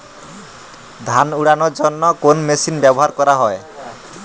ধান উড়ানোর জন্য কোন মেশিন ব্যবহার করা হয়?